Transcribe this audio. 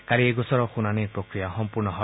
কালি এই গোচৰৰ শুনানি প্ৰক্ৰিয়া সম্পূৰ্ণ হয়